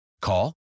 Call